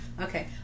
Okay